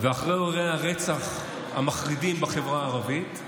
אחרי אירועי הרצח המחרידים בחברה הערבית,